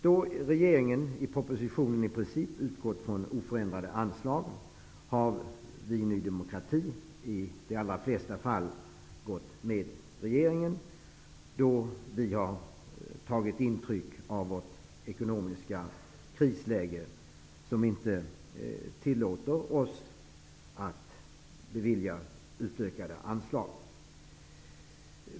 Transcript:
Då regeringen i propositionen i princip utgått från oförändrade anslag, har vi i Ny demokrati i de allra flesta fall ställt oss bakom regeringens förslag, då vi har tagit intryck av det ekonomiska krisläget som inte tillåter oss att bevilja utökade anslag.